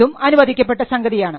ഇതും അനുവദിക്കപ്പെട്ട സംഗതിയാണ്